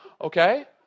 okay